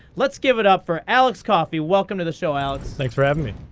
let's give it up for alex coffey. welcome to the show, alex. thanks for having me.